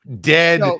Dead